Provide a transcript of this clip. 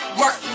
work